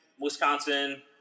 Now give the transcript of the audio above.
Wisconsin –